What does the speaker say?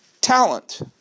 talent